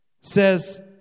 says